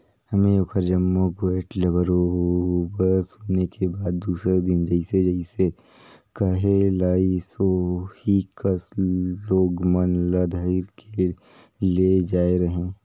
में ओखर जम्मो गोयठ ल बरोबर सुने के बाद दूसर दिन जइसे जइसे कहे लाइस ओही कस लोग मन ल धइर के ले जायें रहें